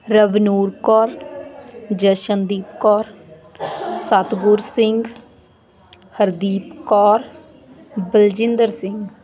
Ravnoor Kaur Jashandeep Kaur Satguru Singh Hardeep Kaur Baljinder Singh